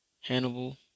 Hannibal